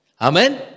Amen